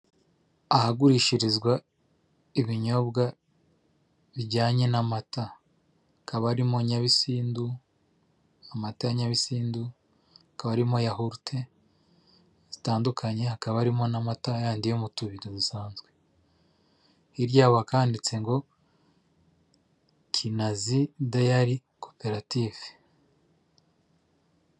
Ahagurishirizwa ibinyobwa bijyanye n'amata, hakaba harimo Nyabisindu, amata ya Nyabisindu, hakaba harimo yahurute zitandukanye, hakaba harimo n'amata yayandi yo mu tubido dusanzwe, hirya hakaba handitse ngo Kinazi dayari koperative.